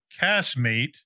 castmate